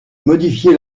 modifier